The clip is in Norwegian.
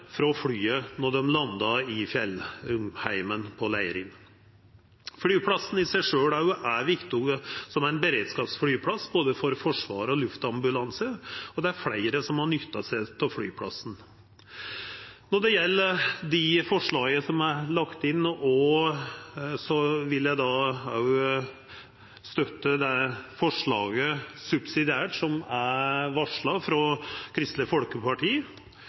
frå flyet når dei landar i fjellheimen på Leirin. Flyplassen i seg sjølv er også viktig som ein beredskapsflyplass for både Forsvaret og luftambulansen, og det er fleire som har nytta seg av flyplassen. Når det gjeld forslaga som er lagt inn, vil eg subsidiært støtta det forslaget som er varsla frå Kristeleg Folkeparti.